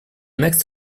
next